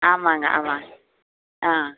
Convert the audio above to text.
ஆமாங்க ஆமாங்க ஆ